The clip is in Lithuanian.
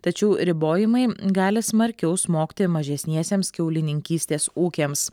tačiau ribojimai gali smarkiau smogti mažesniesiems kiaulininkystės ūkiams